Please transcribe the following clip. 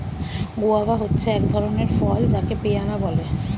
guava হচ্ছে এক ধরণের ফল যাকে পেয়ারা বলে